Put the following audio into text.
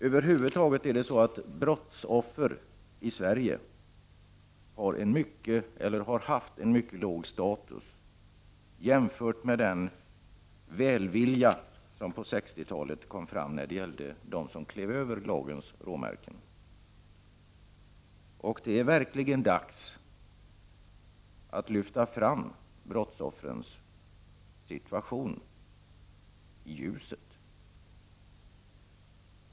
Över huvud taget har brottsoffer i Sverige haft en mycket låg status jämfört med den välvilja som på 60-talet kom fram när det gällde dem som klev över lagens råmärken. Det är verkligen dags att lyfta fram brottsoffrens situation i ljuset.